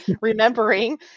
remembering